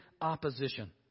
opposition